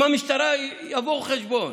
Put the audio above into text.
עם המשטרה יבואו חשבון.